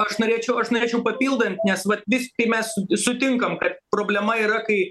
aš norėčiau aš norėčiau papildant nes vat vis tai mes sutinkam kad problema yra kai